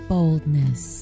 Boldness